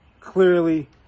Clearly